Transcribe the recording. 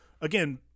again